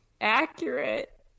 accurate